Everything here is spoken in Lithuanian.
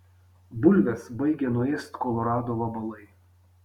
bulves baigia nuėst kolorado vabalai